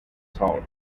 zone